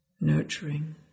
Nurturing